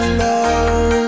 love